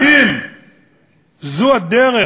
האם זו הדרך